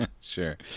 Sure